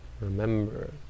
Remember